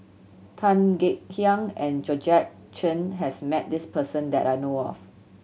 Tan Kek Hiang and Georgette Chen has met this person that I know of